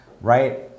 right